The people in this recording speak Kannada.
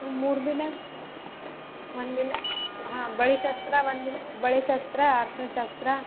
ಒಂದು ಮೂರು ದಿನ ಒಂದು ದಿನ ಹಾಂ ಬಳೆ ಶಾಸ್ತ್ರ ಒಂದು ದಿನ ಬಳೆ ಶಾಸ್ತ್ರ ಅರಿಶಣ ಶಾಸ್ತ್ರ